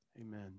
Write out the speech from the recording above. Amen